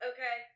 Okay